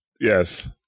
Yes